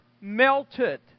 melted